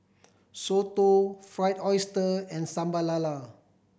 soto Fried Oyster and Sambal Lala